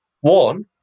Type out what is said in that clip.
One